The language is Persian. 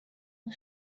این